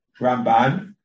Ramban